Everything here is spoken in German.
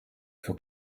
für